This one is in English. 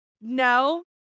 No